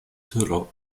turo